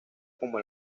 como